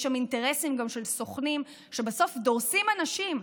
יש שם גם אינטרסים של סוכנים שבסוף דורסים אנשים.